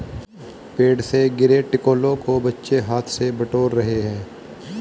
पेड़ से गिरे टिकोलों को बच्चे हाथ से बटोर रहे हैं